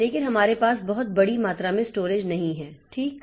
लेकिन हमारे पास बहुत बड़ी मात्रा में स्टोरेज नहीं है ठीक